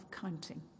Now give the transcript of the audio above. counting